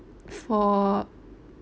for